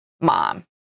mom